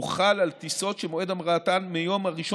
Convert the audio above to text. הוא חל על טיסות שמועד המראתן מיום ה-1